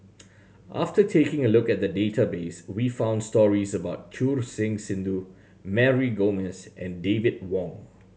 after taking a look at the database we found stories about Choor Singh Sidhu Mary Gomes and David Wong